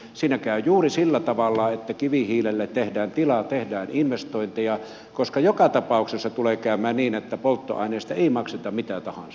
siinä käy juuri sillä tavalla että kivihiilelle tehdään tilaa tehdään investointeja koska joka tapauksessa tulee käymään niin että polttoaineesta ei makseta mitä tahansa